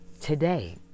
today